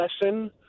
lesson